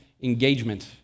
engagement